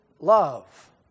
love